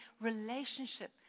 relationship